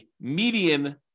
median